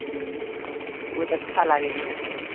हूँ बहुत अच्छा लागैत छै देखैमे